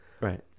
Right